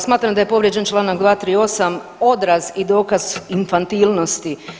Smatram da je povrijeđen članak 238. odraz i dokaz infantilnosti.